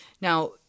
Now